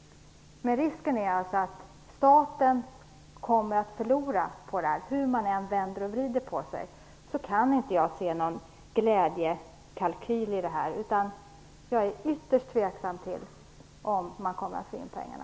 Risken är att staten kommer att förlora på detta. Hur jag än vrider och vänder på detta kan jag inte se att det är något annat än en glädjekalkyl. Jag är ytterst tveksam till att man kommer att få in pengarna.